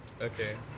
Okay